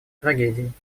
трагедией